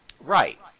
Right